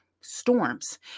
storms